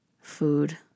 food